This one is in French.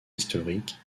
historiques